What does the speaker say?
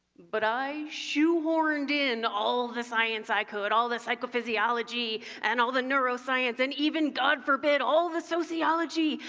but i shoehorned in all the science i could, all the psychophysiology and all the neuroscience and even god forbid all the sociology,